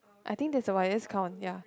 I think that's the why let's count ya